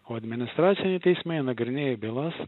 o administraciniai teismai nagrinėja bylas